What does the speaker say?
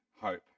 hope